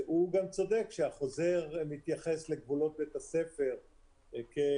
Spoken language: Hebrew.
הוא גם צודק שהחוזר מתייחס לגבולות בית הספר כגבול